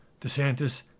DeSantis